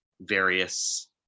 various